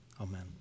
amen